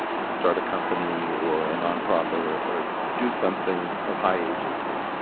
like start a company or a nonprofit, or or do something of high agency.